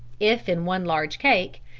if in one large cake,